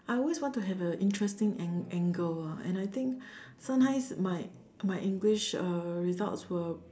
I always want to have a interesting an~ angle ah and I think sometimes my my English uh results were